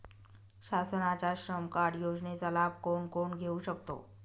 शासनाच्या श्रम कार्ड योजनेचा लाभ कोण कोण घेऊ शकतो?